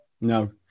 no